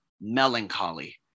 Melancholy